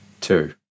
two